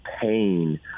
pain